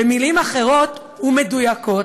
במילים אחרות, ומדויקות,